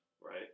right